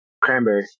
Cranberry